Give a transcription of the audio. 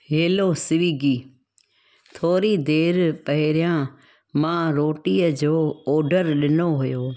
hello Swiggy थोरी देरि पहिरियां मां रोटीअ जो ऑडर ॾिनो हुओ